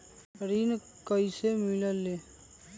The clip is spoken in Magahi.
ऋण कईसे मिलल ले?